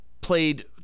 played